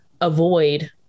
avoid